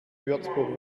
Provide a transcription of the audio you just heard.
würzburg